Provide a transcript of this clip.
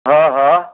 हा हा